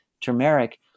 turmeric